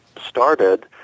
started